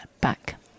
back